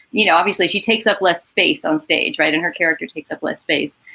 you know, obviously she takes up less space on stage. right. and her character takes up less space.